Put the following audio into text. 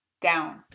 down